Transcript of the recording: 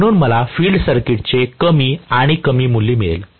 म्हणून मला फील्ड करंटचे कमी आणि कमी मूल्य मिळेल